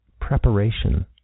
preparation